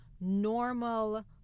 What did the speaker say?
normal